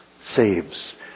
saves